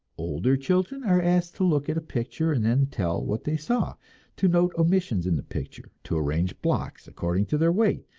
older children are asked to look at a picture and then tell what they saw to note omissions in a picture, to arrange blocks according to their weight,